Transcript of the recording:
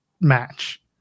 match